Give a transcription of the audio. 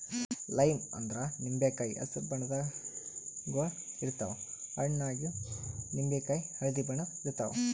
lime ಅಂದ್ರ ನಿಂಬಿಕಾಯಿ ಹಸ್ರ್ ಬಣ್ಣದ್ ಗೊಳ್ ಇರ್ತವ್ ಹಣ್ಣ್ ಆಗಿವ್ ನಿಂಬಿಕಾಯಿ ಹಳ್ದಿ ಬಣ್ಣದ್ ಇರ್ತವ್